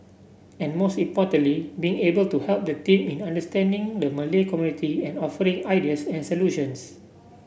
and most importantly being able to help the team in understanding the Malay community and offering ideas and solutions